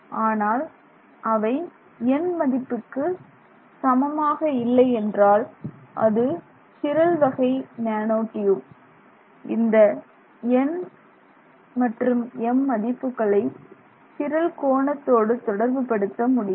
ஆனால் அவை n மதிப்புக்கு சமமாக இல்லை என்றால் அது சிரல் வகை நேனோ டியூப் இந்த nm மதிப்புகளை சிரல் கோணத்தோடு தொடர்பு படுத்த முடியும்